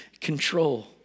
control